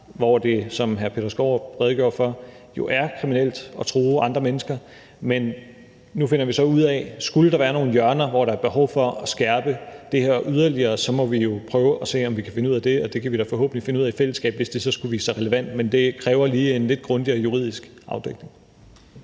hvor det, som hr. Peter Skaarup redegjorde for, jo er kriminelt at true andre mennesker. Men nu finder vi så ud af det, og skulle der være nogle hjørner, hvor der er behov for at skærpe det her yderligere, må vi jo prøve at se, om vi kan finde ud af det, og det kan vi da forhåbentlig finde ud af i fællesskab, hvis det skulle vise sig at være relevant. Men det kræver lige en lidt grundigere juridisk afdækning.